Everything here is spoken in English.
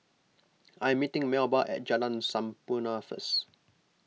I am meeting Melba at Jalan Sampurna first